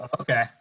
Okay